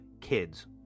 kids